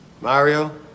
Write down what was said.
Mario